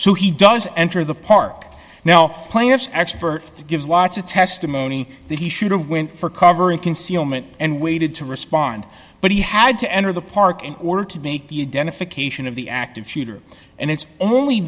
so he does enter the park now players expert gives lots of testimony that he should have went for cover and concealment and waited to respond but he had to enter the park in order to make the identification of the active shooter and it's only